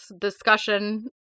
discussion